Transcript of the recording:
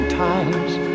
times